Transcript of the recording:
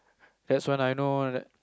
that's when I know that